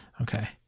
okay